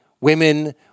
women